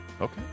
Okay